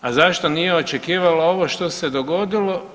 A zašto nije očekivala ovo što se dogodilo?